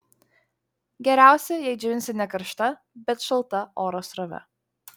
geriausia jei džiovinsi ne karšta bet šalta oro srove